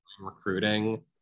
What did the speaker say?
Recruiting